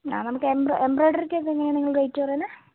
ആ നമുക്ക് എംബ്രോ എംബ്രോയിഡറിക്ക് ഒക്കെ എങ്ങനെയാണ് നിങ്ങൾ റേറ്റ് പറയുന്നത്